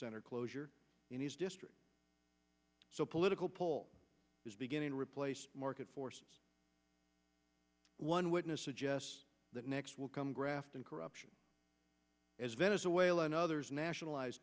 center closure in his district so political poll is beginning to replace market forces one witness suggests that next will come graft and corruption as venezuela and others nationalize